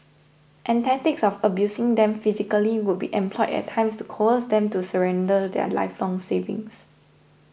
and tactics of abusing them physically would be employed at times to coerce them to surrender their lifelong savings